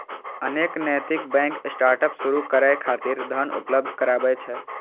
अनेक नैतिक bank startup शुरू करै खातिर धन उपलब्ध कराबै छै